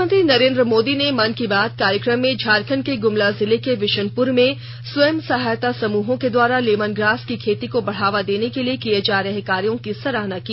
प्रधानमंत्री नरेन्द्र मोदी ने मन की बात कार्यक्रम में झारखंड के गुमला जिले के विशुनपुर में स्वंयसहायता समूहों के द्वारा लेमन ग्रास की खेती को बढ़ावा देने के लिए किए जा रहे कार्यों की सराहना की